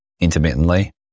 Intermittently